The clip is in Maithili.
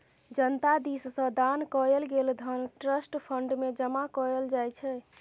जनता दिस सँ दान कएल गेल धन ट्रस्ट फंड मे जमा कएल जाइ छै